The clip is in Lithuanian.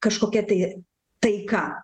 kažkokia tai taika